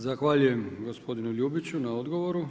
Zahvaljujem gospodinu Ljubiću na odgovoru.